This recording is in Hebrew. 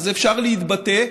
אז אפשר להתבטא,